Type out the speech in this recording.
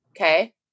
Okay